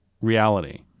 reality